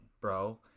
bro